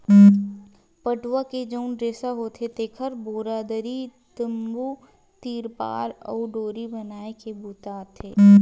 पटवा के जउन रेसा होथे तेखर बोरा, दरी, तम्बू, तिरपार अउ डोरी बनाए के बूता आथे